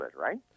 right